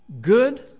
good